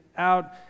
Out